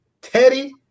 Teddy